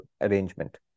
arrangement